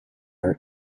are